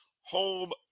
home